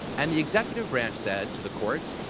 and the executive branch said to the courts,